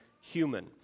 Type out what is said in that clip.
human